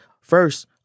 first